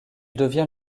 devient